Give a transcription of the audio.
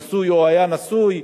נשוי או היה נשוי,